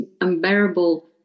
unbearable